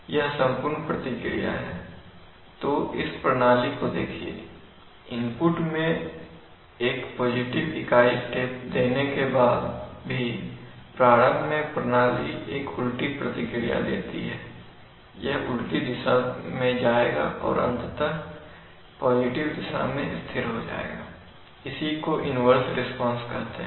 तो इस प्रणाली को देखिए इनपुट में एक पॉजिटिव इकाई स्टेप देने के बाद भी प्रारंभ में प्रणाली एक उल्टी प्रतिक्रिया देती है यह उलटी दिशा में जाएगा और अंततः पॉजिटिव दिशा में स्थिर हो जाएगा इसी को इन्वर्स रिस्पांस कहते हैं